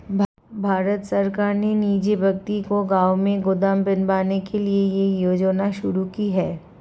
भारत सरकार ने निजी व्यक्ति को गांव में गोदाम बनवाने के लिए यह योजना शुरू की है